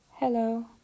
Hello